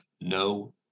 no